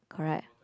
correct